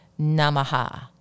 Namaha